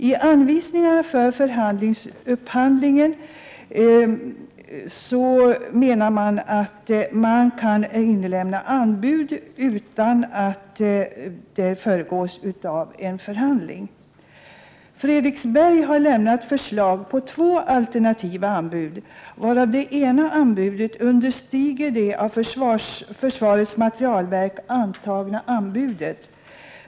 I anvisningarna talas det om förhandlingsupphandling, men anbud kan lämnas även utan föregående förhandling. Fredriksberg har lämnat förslag på två alternativa anbud, av vilka det ena anbudet understiger det av försvarets materielverk antagna anbudet.